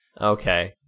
okay